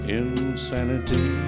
insanity